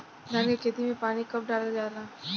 धान के खेत मे पानी कब डालल जा ला?